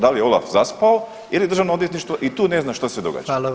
Da li je Olaf zaspao ili Državno odvjetništvo i tu ne znam što se događa.